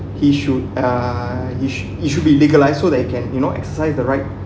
he should uh he should he should be legalized so that you can you know exercise the right